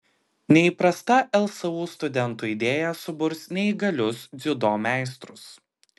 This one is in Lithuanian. neįprasta lsu studentų idėja suburs neįgalius dziudo meistrus